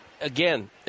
again